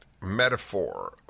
metaphor